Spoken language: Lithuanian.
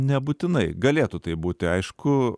nebūtinai galėtų taip būti aišku